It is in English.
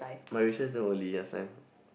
my recess damn early last time